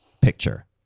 picture